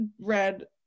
read